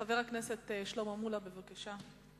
חבר הכנסת שלמה מולה, בבקשה.